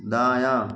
दायाँ